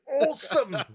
Awesome